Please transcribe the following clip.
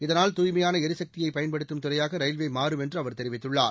இதனால் தூய்மையான எரிசக்தியை பயன்படுத்தும் துறையாக ரயில்வே மாறும் என்று அவர் தெரிவித்துள்ளார்